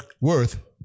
worth